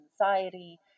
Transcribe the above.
anxiety